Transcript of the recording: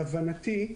להבנתי,